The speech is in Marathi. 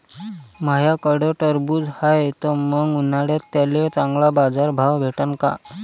माह्याकडं टरबूज हाये त मंग उन्हाळ्यात त्याले चांगला बाजार भाव भेटन का?